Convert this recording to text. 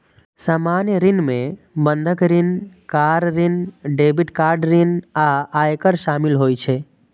सामान्य ऋण मे बंधक ऋण, कार ऋण, क्रेडिट कार्ड ऋण आ आयकर शामिल होइ छै